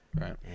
right